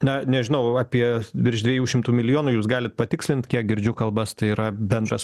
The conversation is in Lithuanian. na nežinau apie virš dviejų šimtų milijonų jūs galit patikslint kiek girdžiu kalbas tai yra bendras